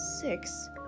Six